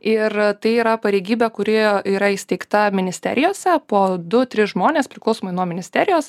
ir tai yra pareigybė kuri yra įsteigta ministerijose po du tris žmones priklausomai nuo ministerijos